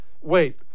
wait